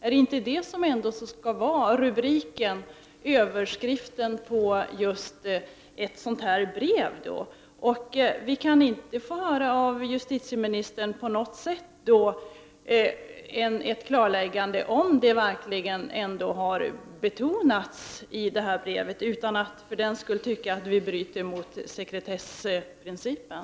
Är det inte det som skall vara överskriften på ett sådant brev? Kan vi få höra från justitieministern ett klarläggande om detta utan att hon för den skull bryter mot sekretessprincipen?